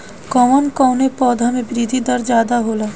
कवन कवने पौधा में वृद्धि दर ज्यादा होला?